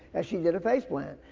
as she did a faceplant.